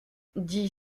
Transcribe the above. dit